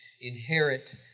inherit